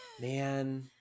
Man